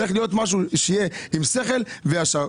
צריך להיות משהו שיהיה עם שכל וישר.